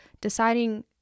deciding